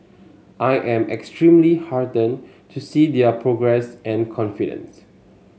I am extremely heartened to see their progress and confidence